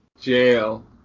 Jail